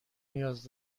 نیاز